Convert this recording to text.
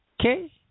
Okay